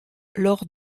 lors